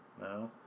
No